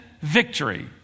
victory